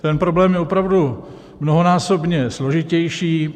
Ten problém je opravdu mnohonásobně složitější.